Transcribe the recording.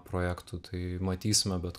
projektų tai matysime bet